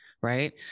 right